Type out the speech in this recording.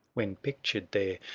when pictured there,